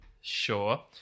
Sure